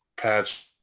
Patch